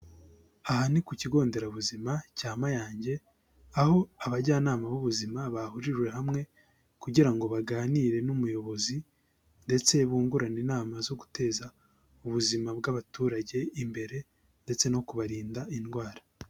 Aha ni ku kigo nderabuzima cya Mayange aho abajyanama b'ubuzima bahurijwe hamwe, kugira ngo baganire n'umuyobozi ndetse bungurane inama zo guteza ubuzima bw'abaturage imbere ndetse no kubarinda indwara.